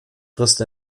frisst